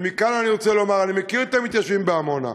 מכאן אני רוצה לומר: אני מכיר את המתיישבים בעמונה.